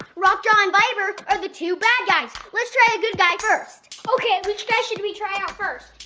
rock jaw and viper are the two bad guys. let's try a good guy first! okay, which guy should we try out first?